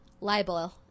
libel